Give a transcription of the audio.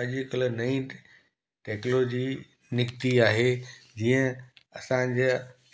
अॼुकल्ह नई टेक्लोजी निकिती आहे जीअं असांजा